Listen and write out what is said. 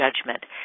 judgment